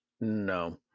no